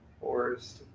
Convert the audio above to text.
Forest